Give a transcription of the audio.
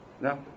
No